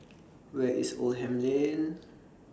Where IS Oldham Lane